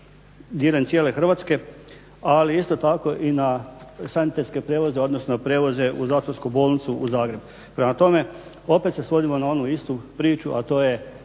diljem cijele Hrvatske ali isto tako i na sanitetske prijevoze, odnosno prijevoze u zatvorsku bolnicu u Zagreb. Prema tome, opet se svodimo na onu istu priču a to je